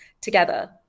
together